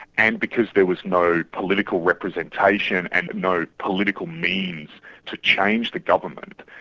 and because there was no political representation and no political means to change the government,